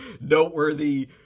noteworthy